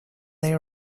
they